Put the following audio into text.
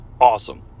awesome